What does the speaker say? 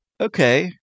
Okay